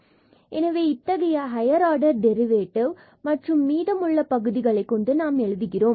fnx0Rn எனவே இத்தகைய higher order derivative மற்றும் மீதம் உள்ள பகுதிகளை கொண்டு நாம் எழுதுகிறோம்